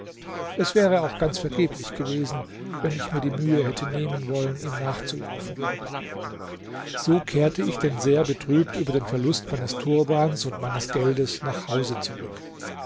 es wäre auch ganz vergeblich gewesen wenn ich mir die mühe hätte nehmen wollen ihm nachzulaufen so kehrte ich denn sehr betrübt über den verlust meines turbans und meines geldes nach hause zurück